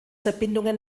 verbindungen